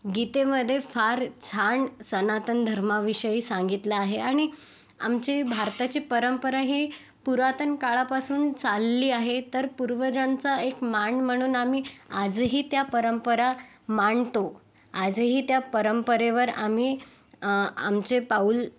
गीतेमध्ये फार छान सनातन धर्माविषयी सांगितलं आहे आणि आमची भारताची परंपरा ही पुरातन काळापासून चालली आहे तर पूर्वजांचा एक मान म्हणून आम्ही आजही त्या परंपरा मानतो आजही त्या परंपरेवर आम्ही आमचे पाऊल